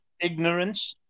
ignorance